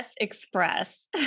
Express